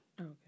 Okay